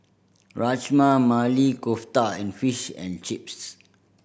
Rajma Maili Kofta and Fish and Chips